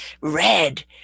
red